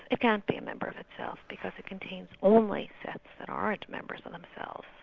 it can't be a member of itself because it contains only sets that aren't members of themselves.